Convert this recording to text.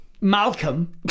Malcolm